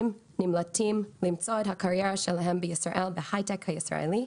נמלטים למצוא את הקריירה שלהם בישראל בהיי-טק הישראלי.